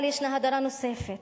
אבל יש הדרה נוספת,